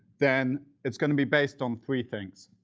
then it's going to be based on three things.